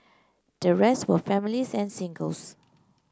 the rest were families and singles